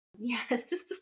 Yes